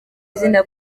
izina